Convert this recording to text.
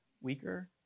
weaker